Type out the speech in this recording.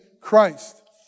Christ